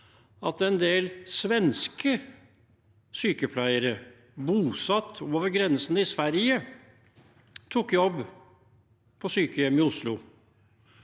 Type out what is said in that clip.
at en del svenske sykepleiere bosatt over grensen, i Sverige, tok jobb på sykehjem i Oslo.